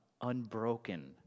unbroken